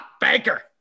banker